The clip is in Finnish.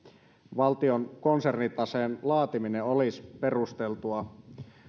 valtion konsernitaseen laatiminen olisi perusteltua